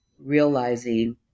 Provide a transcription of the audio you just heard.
realizing